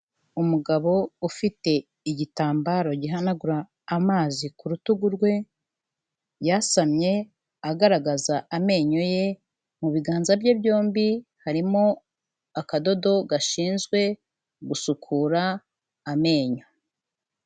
Umugabo ufite igitambaro gihanagura amazi ku rutugu rwe, yasamye agaragaza amenyo ye, mu biganza bye byombi, harimo akadodo gashinzwe gusukura amenyo.